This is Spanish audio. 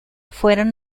fueron